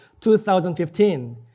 2015